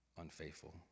unfaithful